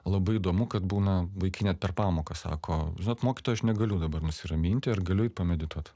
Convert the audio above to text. labai įdomu kad būna vaikai net per pamoką sako vat mokytojau aš negaliu dabar nusiraminti ar galiu eit pamedituot